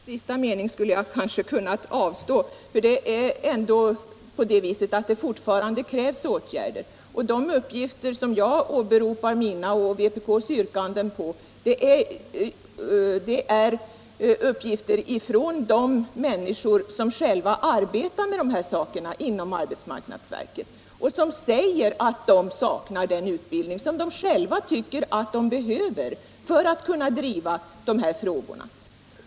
Herr talman! Efter Karin Anderssons sista mening skulle jag kanske ha kunnat avstå. Det krävs fortfarande åtgärder. De uppgifter som jag grundar mina och vpk:s yrkanden på kommer från de människor som själva arbetar med dessa saker inom arbetsmarknadsverket. De säger att de saknar den utbildning som de själva tycker att de behöver för att kunna driva dessa frågor.